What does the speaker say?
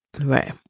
Right